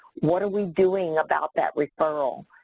what are we doing about that referral?